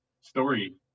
story